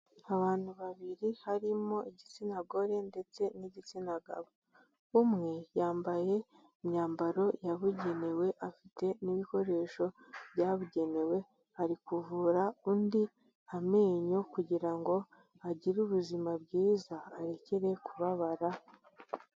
Abantu babiri harimo igitsina gore ndetse n'igitsina gabo , umwe yambaye imyambaro yabugenewe afite n'ibikoresho byabugenewe, ari kuvura undi amenyo kugira ngo agire ubuzima bwiza areekere kubabara.